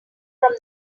from